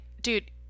dude